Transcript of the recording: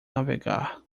navegar